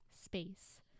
space